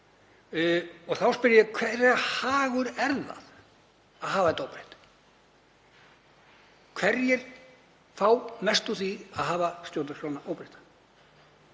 Og þá spyr ég: Hverra hagur er það að hafa þetta óbreytt? Hverjir fá mest út úr því að hafa stjórnarskrána óbreytta?